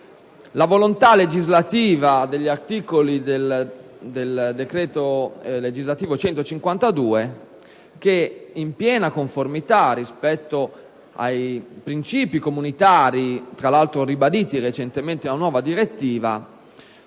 la volontà legislativa degli articoli del decreto legislativo n. 152 del 2006 che, in piena conformità con i principi comunitari, tra l'altro ribaditi recentemente nella nuova direttiva,